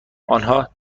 آنها